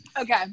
Okay